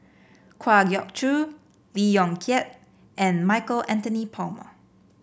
Kwa Geok Choo Lee Yong Kiat and Michael Anthony Palmer